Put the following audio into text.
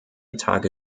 tage